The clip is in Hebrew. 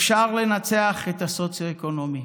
אפשר לנצח את הסוציו-אקונומי,